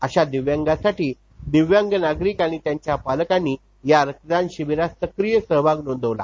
अशादिव्यांगासाठी दिव्यांग नागरिक आणि त्यांच्या पालकांनी या रक्तदान शिबिरात सक्रियसहभाग नोंदवला